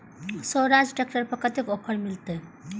Swaraj tractor पर कतेक offer मिलते?